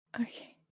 Okay